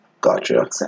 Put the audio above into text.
Gotcha